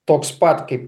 toks pat kaip